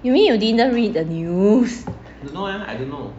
you mean you didn't read the news